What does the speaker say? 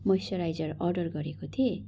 moisturiser order गरेको थिएँ